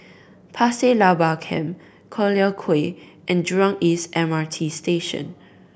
Pasir Laba Camp Collyer Quay and Jurong East M R T Station